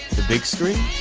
the big screen,